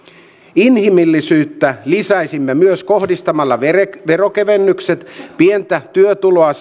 inhimillisyyttä lisäisimme myös kohdistamalla veronkevennykset pientä työtuloa